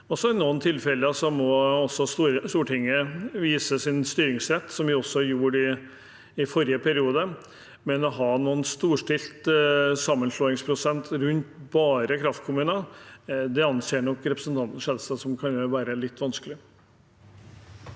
noen tilfeller der Stortinget må vise sin styringsrett, som vi også gjorde i forrige periode. Men det å ha en storstilt sammenslåingsprosess rundt bare kraftkommuner anser nok representanten Skjelstad å være litt vanskelig.